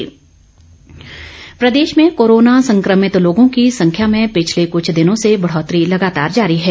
corona update प्रदेश में corona संक्रमित लोगों की संख्या में पिछले कुछ दिनों से बढ़ौतरी लगातार जारी है